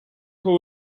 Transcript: who